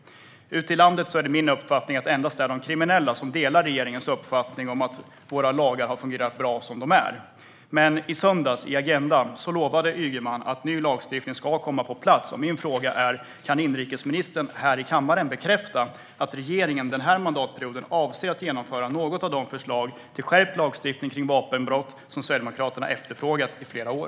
Det är min uppfattning att det ute i landet endast är de kriminella som håller med regeringen om att våra lagar har fungerat bra som de är. I söndagens Agenda lovade dock Ygeman att ny lagstiftning ska komma på plats, och min fråga är: Kan inrikesministern här i kammaren bekräfta att regeringen denna mandatperiod avser att genomföra något av de förslag till skärpt lagstiftning för vapenbrott som Sverigedemokraterna efterfrågat i flera år?